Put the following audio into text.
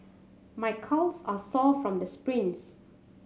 my calves are sore from the sprints